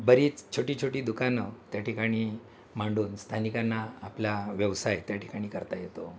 बरीच छोटी छोटी दुकानं त्या ठिकाणी मांडून स्थानिकांना आपला व्यवसाय त्याठिकाणी करता येतो